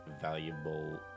valuable